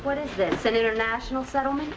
what if that's an international settlement